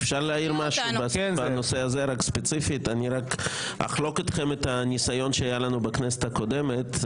אני רק אחלוק אתכם את הניסיון שהיה לנו בכנסת הקודמת.